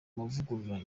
mavugurura